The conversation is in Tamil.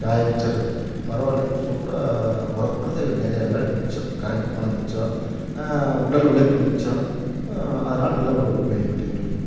காய வச்சிறேன் பரவா இல்ல சூப்பராக ஓர்க் பண்ணுது எங்களுக்கு நிறையா வேலை மிச்சம் கரண்ட்டு பணம் மிச்சம் உடல் உழைப்பு மிச்சம் அதனால நல்ல ஒரு பெனிஃபிட் எங்களுக்கு